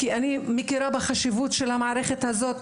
כי אני מכירה בחשיבות המערכת הזאת,